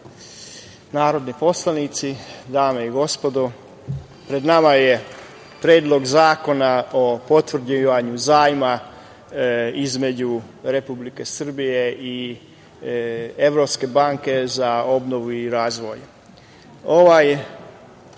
narodni poslanici, dame i gospodo. pred nama je Predlog zakona o potvrđivanju zajma između Republike Srbije i Evropske banke za obnovu i razvoj.